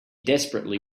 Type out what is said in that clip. desperately